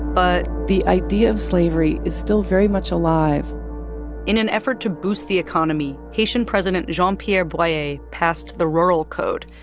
but. the idea of slavery is still very much alive in an effort to boost the economy, haitian president jean-pierre boyer passed the rural code,